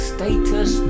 Status